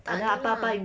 tak ada lah